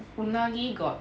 unagi got